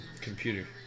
computer